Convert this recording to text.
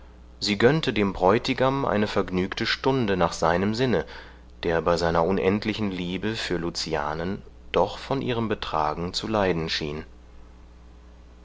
sie gönnte dem bräutigam eine vergnügte stunde nach seinem sinne der bei seiner unendlichen liebe für lucianen doch von ihrem betragen zu leiden schien